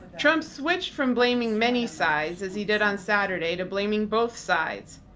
trump switched from blaming many sides, as he did on saturday, to blaming both sides.